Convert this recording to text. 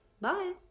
Bye